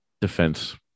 defense